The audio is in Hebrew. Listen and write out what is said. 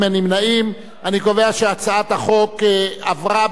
אני קובע שהצעת החוק עברה בקריאה שלישית